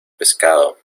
pescado